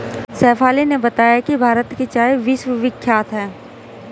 शेफाली ने बताया कि भारत की चाय विश्वविख्यात है